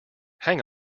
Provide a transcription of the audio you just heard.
hang